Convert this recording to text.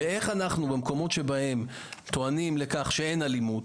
איך אנחנו במקומות שבהם טוענים שאין אלימות,